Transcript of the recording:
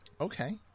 Okay